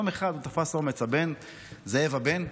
יום אחד תפס אומץ זאב הבן,